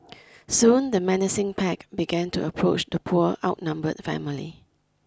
soon the menacing pack began to approach the poor outnumbered family